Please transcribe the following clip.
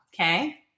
Okay